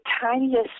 tiniest